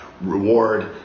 reward